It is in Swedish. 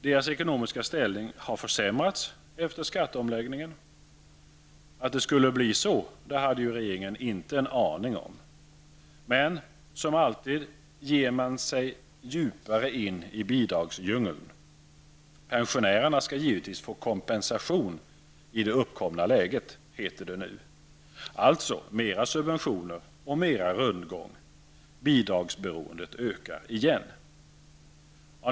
Deras ekonomiska ställning har försämrats efter skatteomläggningen. Att det skulle bli så, det hade ju regeringen inte en aning om. Men som alltid ger man sig djupare in i bidragsdjungeln. Pensionärerna skall givetvis få kompensation i det uppkomna läget heter den nu. Alltså mera subventioner och mera rundgång. Bidragsberoendet ökar igen.